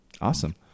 Awesome